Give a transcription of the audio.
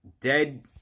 dead